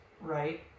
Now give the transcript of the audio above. right